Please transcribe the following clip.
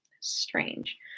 strange